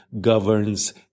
governs